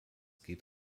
geht